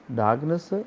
darkness